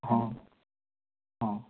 हाँ हाँ